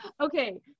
okay